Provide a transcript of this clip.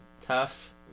tough